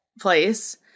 place